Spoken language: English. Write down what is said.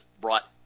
brought